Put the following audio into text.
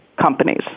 companies